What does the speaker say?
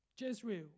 Jezreel